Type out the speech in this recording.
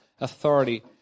Authority